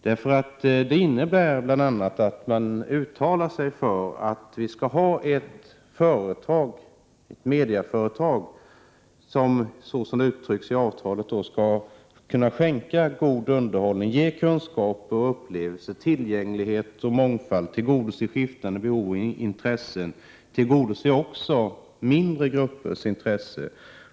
Detta innebär bl.a. att man uttalar sig för att vi skall ha ett medieföretag som, som det uttrycks i avtalet, skall kunna skänka god underhållning, ge kunskap och upplevelse, tillgänglighet och mångfald och tillgodose skiftande behov och intressen, även mindre gruppers intressen.